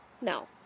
No